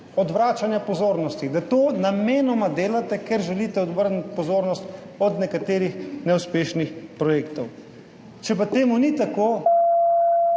odvračanja pozornosti, da to namenoma delate, ker želite odvrniti pozornost od nekaterih neuspešnih projektov. Če to ni tako,